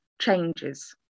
changes